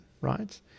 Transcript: right